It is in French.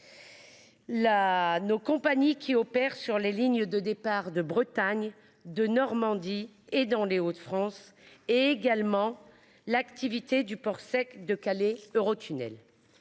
nos compagnies qui opèrent sur les lignes au départ de Bretagne, de Normandie, des Hauts-de-France, ainsi que l'activité du port sec de Calais-Eurotunnel.